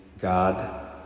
god